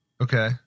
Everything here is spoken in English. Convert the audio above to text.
Okay